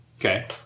Okay